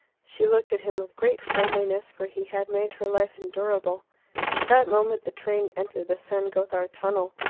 she looked at him with great friendliness, for he had made her life endurable. at that moment the train entered the san gothard tunnel.